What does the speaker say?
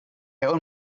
own